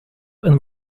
and